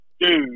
dude